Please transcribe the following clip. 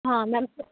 हां मैम